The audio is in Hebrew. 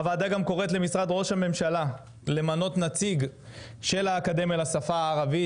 הוועדה גם קוראת למשרד ראש הממשלה למנות נציג של האקדמיה לשפה הערבית,